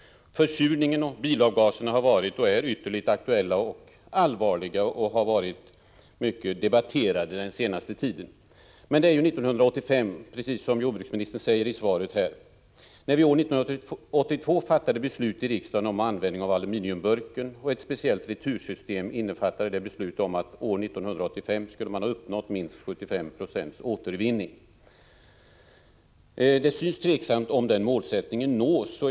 Försurningen och bilavgaserna har varit och är ytterligt aktuella och allvarliga och har varit mycket debatterade den senaste tiden. Men det är som sagt 1985 i år. När vi år 1982 fattade beslut i riksdagen om användning av aluminiumburken och ett speciellt retursystem, innefattade det att man år 1985 skulle ha uppnått minst 75 26 återvinning. Det synes tveksamt om den målsättningen nås.